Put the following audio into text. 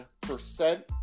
percent